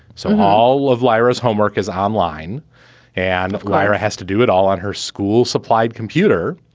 so all of lyra's homework is online and lyra has to do it all on her school supplied computer,